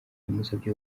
yamusabye